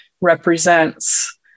represents